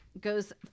goes